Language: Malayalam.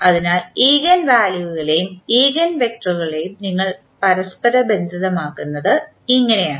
അതിനാൽ ഈഗൻവാല്യുകളെയും ഈഗൻവെക്ടറുകളെയും നിങ്ങൾ പരസ്പരബന്ധിതമാക്കുന്നത് ഇങ്ങനെയാണ്